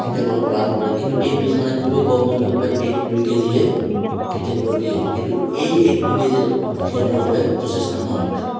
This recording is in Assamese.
খেতিয়ক সকলক প্ৰদান কৰে কিন্তু এই বীজ মানে খুবেই কম সংখ্যক এক দুই কে জিহে খেতিয়ক সকলক দিয়ে কিন্তু এই এক দুই কে জি সিহঁতৰ বাবে যথেষ্ট নহয়